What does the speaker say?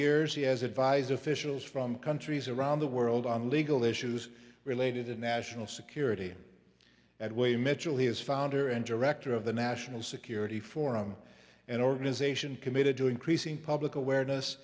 years he has advised officials from countries around the world on legal issues related to national security that way michel he is founder and director of the national security forum an organization committed to increasing public awareness